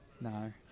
No